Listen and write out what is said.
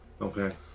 okay